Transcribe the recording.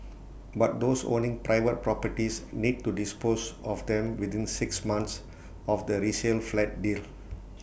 but those owning private properties need to dispose of them within six months of the resale flat deal